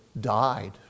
died